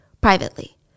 privately